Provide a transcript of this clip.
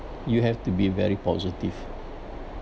you have to be very positive